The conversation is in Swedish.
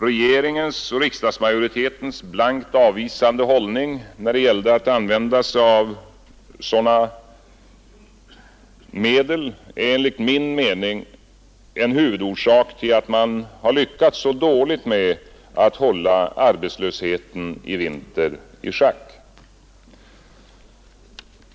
Regeringens och riksdagsmajoritetens blankt avvisande hållning när det gällt att använda sig av sådana medel är enligt min uppfattning en huvudorsak till att man lyckats så dåligt med att hålla arbetslösheten i vinter i schack.